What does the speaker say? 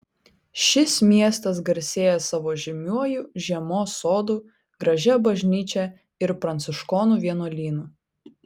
šis miestas garsėja savo žymiuoju žiemos sodu gražia bažnyčia ir pranciškonų vienuolynu